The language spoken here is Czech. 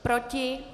Proti?